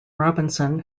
robinson